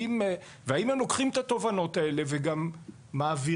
והאם הם לוקחים את התובנות האלה וגם מעבירים